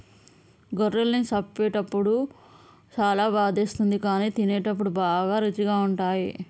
గొర్రెలను చంపేటప్పుడు చాలా బాధేస్తుంది కానీ తినేటప్పుడు బాగా రుచిగా ఉంటాయి